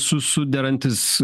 su suderantys